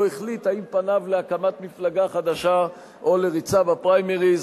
החליט אם פניו להקמת מפלגה חדשה או לריצה בפריימריז.